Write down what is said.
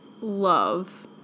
love